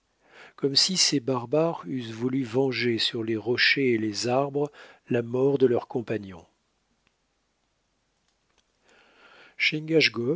comme si ces barbares eussent voulu venger sur les rochers et les arbres la mort de leurs compagnons